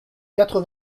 quatre